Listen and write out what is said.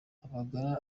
amagare